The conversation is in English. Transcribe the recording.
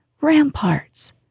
ramparts